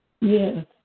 Yes